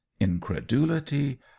incredulity